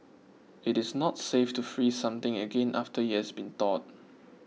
it is not safe to freeze something again after it has been thawed